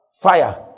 fire